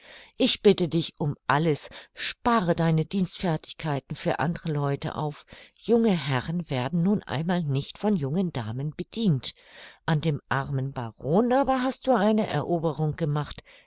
ich bitte dich um alles spare deine dienstfertigkeiten für andere leute auf junge herren werden nun einmal nicht von jungen damen bedient an dem armen baron aber hast du eine eroberung gemacht